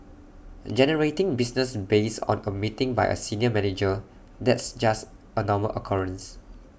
generating business based on A meeting by A senior manager that's just A normal occurrence